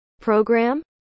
program